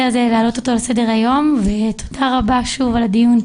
הזה להעלות אותו לסדר היום ותודה רבה שוב על הדיון.